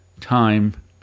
time